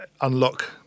unlock